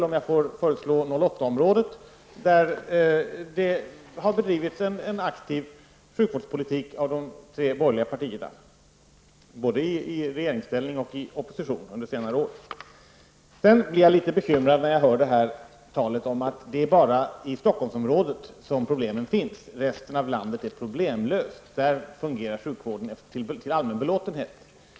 Om jag får föreslå 08-området så har där bedrivits en aktiv sjukvårdspolitik av de tre borgerliga partierna både i regeringsställning och i opposition under senare år. Jag blir litet bekymrad när jag hör talet om att det bara är i Stockholmsområdet som problemen finns. Resten av landet är helt problemlös. Där fungerar sjukvården till allmän belåtenhet.